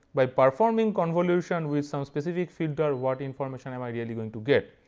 by performing convolution with some specific filter, what information am i really going to get.